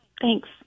Thanks